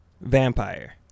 Vampire